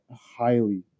highly